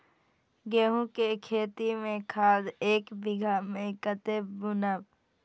गेंहू के खेती में खाद ऐक बीघा में कते बुनब?